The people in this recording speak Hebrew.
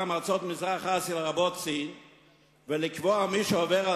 מארצות מזרח-אסיה לרבות סין ולקבוע שמי שעובר על